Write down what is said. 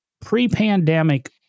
pre-pandemic